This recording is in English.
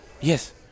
Yes